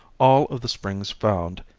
all of the springs found,